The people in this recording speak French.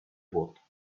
vôtre